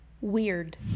weird